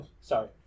Sorry